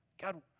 God